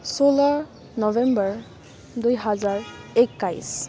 सोह्र नोभेम्बर दुई हजार एक्काइस